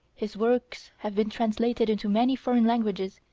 his works have been translated into many foreign languages,